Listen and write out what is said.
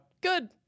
Good